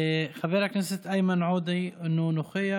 חבר הכנסת איימן עודה, אינו נוכח.